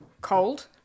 cold